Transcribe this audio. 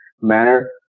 manner